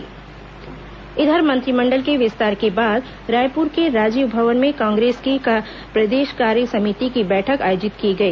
कांग्रेस भाजपा बैठक इधर मंत्रिमंडल के विस्तार के बाद रायपुर के राजीव भवन में कांग्रेस की प्रदेश कार्य समिति की बैठक आयोजित की गई